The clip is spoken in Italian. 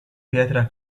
pietra